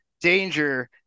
Danger